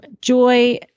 Joy